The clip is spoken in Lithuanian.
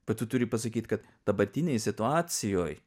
bet tu turi pasakyt kad dabartinėj situacijoj